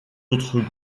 autres